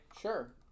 Sure